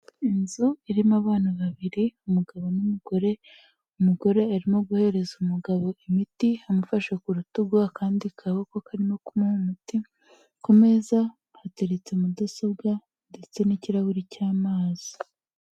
Inzu irimo abantu babiri umugabo n'umugore, umugore arimo guhereza umugabo imiti amufasha ku rutugu akandi kaboko karimo kumuha umuti, ku meza hateretse mudasobwa ndetse n'ikirahuri cy'amazi.